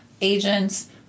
agents